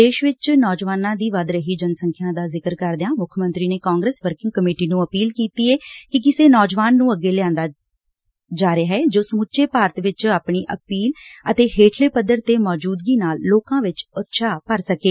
ਦੇਸ਼ ਵਿੱਚ ਨੌਜਵਾਨਾਂ ਦੀ ਵਧ ਰਹੀ ਜਨਸੰਖਿਆ ਦਾ ਜ਼ਿਕਰ ਕਰਦਿਆਂ ਮੁੱਖ ਮੰਤਰੀ ਨੇ ਕਾਂਗਰਸ ਵਰਕੰਗ ਕਮੇਟੀ ਨੂੰ ਅਪੀਲ ਕੀਤੀ ਏ ਕਿ ਕਿਸੇ ਨੌਜਵਾਨ ਨੂੰ ਅੱਗੇ ਲਿਆਂਦਾ ਜਾ ਰਿਹਾ ਏ ਜੋ ਸਮੁੱਚੇ ਭਾਰਤ ਵਿੱਚ ਆਪਣੀ ਅਪੀਲ ਅਤੇ ਹੇਠਲੇ ਪੱਧਰ 'ਤੇ ਮੌਜੂਦਗੀ ਨਾਲ ਲੋਕਾਂ ਵਿੱਚ ਉਤਸ਼ਾਹ ਭਰ ਸਕੇ